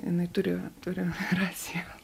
jinai turi turi racijos